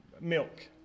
milk